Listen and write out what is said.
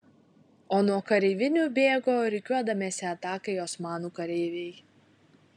o nuo kareivinių bėgo rikiuodamiesi atakai osmanų kareiviai